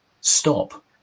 stop